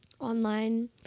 online